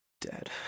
dead